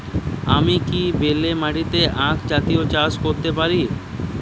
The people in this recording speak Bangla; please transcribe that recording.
আমি কি বেলে মাটিতে আক জাতীয় চাষ করতে পারি?